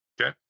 Okay